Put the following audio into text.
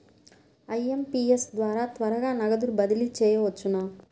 IMPS ద్వారా త్వరగా నగదు బదిలీ చేయవచ్చునా?